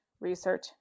research